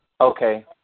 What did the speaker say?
Okay